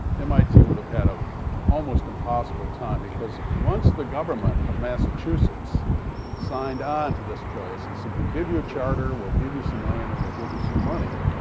mit would have had an ah almost impossible time. because once the government of massachusetts signed on to this place and said, we'll give you a charter. we'll give you some land. and we'll give you some money.